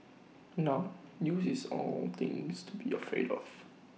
now news is all things to be afraid of